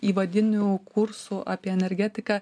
įvadinių kursų apie energetiką